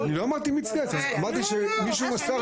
אני לא אמרתי מי צייץ, אמרתי שמישהו מסר.